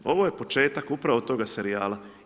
Ovo je početak upravo toga serijala.